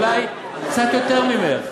אולי קצת יותר ממך.